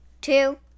two